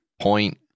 point